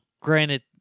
granted